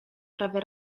prawe